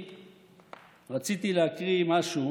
רציתי להקריא משהו,